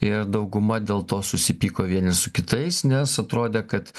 ir dauguma dėl to susipyko vieni su kitais nes atrodė kad